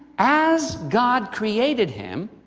as god created him,